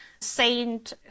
saint